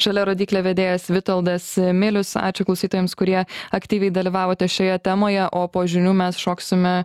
žalia rodyklė vedėjas vitoldas milius ačiū klausytojams kurie aktyviai dalyvavote šioje temoje o po žinių mes šoksime